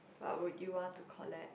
what would you want to collect